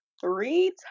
three